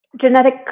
genetic